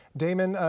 damon,